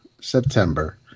September